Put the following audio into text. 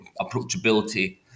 approachability